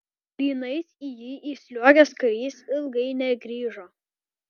lynais į jį įsliuogęs karys ilgai negrįžo